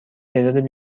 تعداد